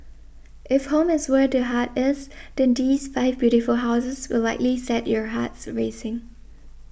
if home is where the heart is then these five beautiful houses will likely set your hearts racing